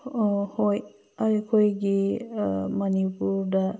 ꯍꯣꯏ ꯑꯩꯈꯣꯏꯒꯤ ꯃꯅꯤꯄꯨꯔꯗ